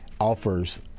offers